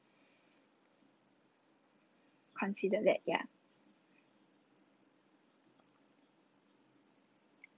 considered that yeah